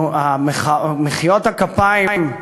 מחיאות הכפיים,